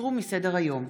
הוסרו מסדר-היום.